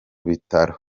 bitaro